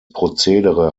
prozedere